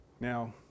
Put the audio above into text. Now